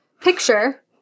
picture